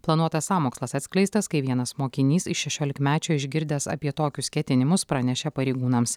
planuotas sąmokslas atskleistas kai vienas mokinys iš šešiolikmečio išgirdęs apie tokius ketinimus pranešė pareigūnams